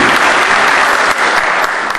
אדוני היושב-ראש?